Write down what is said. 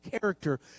character